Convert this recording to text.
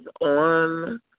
on